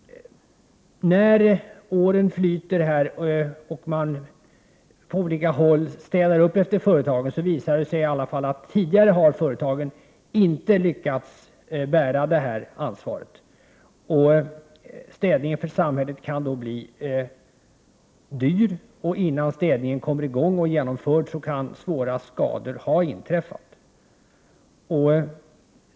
När åren går och samhället på olika sätt städar upp efter företagen visar det sig — så har det i varje fall hittills varit — att företagen inte lyckas bära detta ansvar. Samhällets städning kan då bli dyr, och innan städningen kommit i gång och genomförts kan svåra skador uppstå.